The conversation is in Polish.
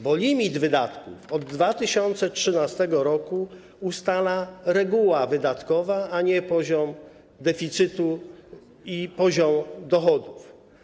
Bo limit wydatków od 2013 r. ustala reguła wydatkowa, a nie poziom deficytu i poziom dochodów.